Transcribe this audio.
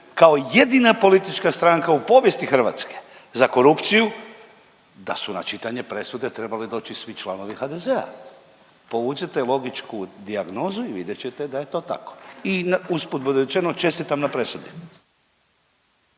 kao jedina politička stranka u povijesti Hrvatske za korupciju da su na čitanje presude trebali doći svi članovi HDZ-a. Povučete logičku dijagnozu i vidjet ćete da je to tako i usput budi rečeno čestitam na presudi.